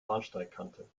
bahnsteigkante